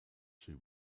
two